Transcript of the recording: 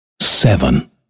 seven